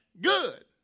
Good